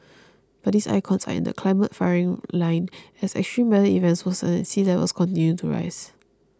but these icons are in the climate firing line as extreme weather events worsen and sea levels continue to rise